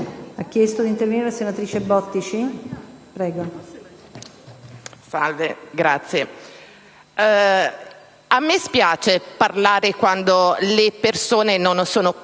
a me spiace parlare quando le persone non sono presenti,